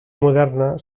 moderna